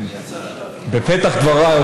בפתח דבריי,